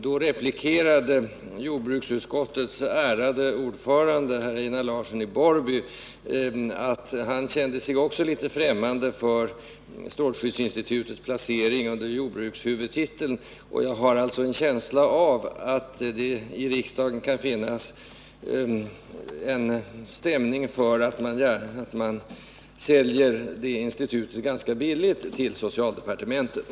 Då replikerade jordbruksutskottets ärade ordförande, Einar Larsson, att han också kände sig litet främmande för strålskyddsinstitutets placering under jordbrukshuvudtiteln. Jag har en känsla av att det i riksdagen kan finnas stämning för att sälja det institutet ganska billigt till socialdepartementet.